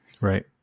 Right